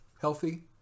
healthy